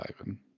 Ivan